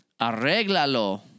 Arreglalo